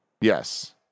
yes